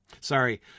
Sorry